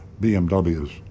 BMWs